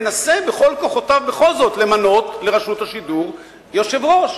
מנסה בכל כוחותיו בכל זאת למנות לרשות השידור יושב-ראש.